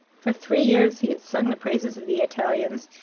for three years he had sung the praises of the italians,